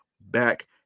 back